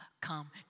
come